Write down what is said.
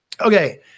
Okay